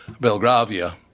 Belgravia